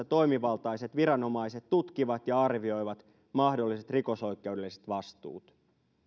toimivaltaiset viranomaiset tutkivat ja arvioivat mahdolliset rikosoikeudelliset vastuut